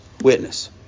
witness